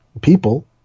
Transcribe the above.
people